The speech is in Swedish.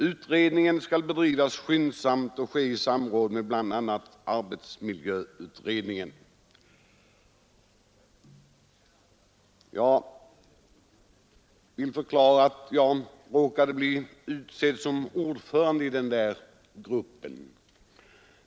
Utredningen skall bedrivas skyndsamt och ske i samråd med bl.a. arbetsmiljöutredningen.” Jag råkade bli utsedd som ordförande i den där utredningen.